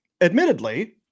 admittedly